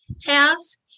task